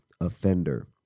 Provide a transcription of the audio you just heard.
offender